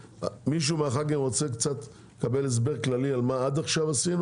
מישהו מחברי הכנסת רוצה לקבל הסבר כללי על מה שעשינו עד עכשיו?